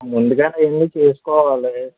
ముందుగానే అవి అన్నీ చేసుకోవాలి